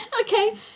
okay